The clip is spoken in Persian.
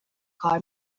کار